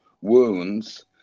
Wounds